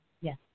Yes